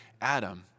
Adam